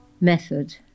Method